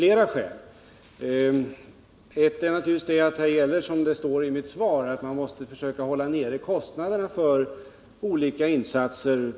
Ett är naturligtvis det att man, som det står i mitt svar, på bästa sätt måste försöka hålla nere kostnaderna för olika insatser.